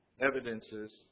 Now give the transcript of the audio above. evidences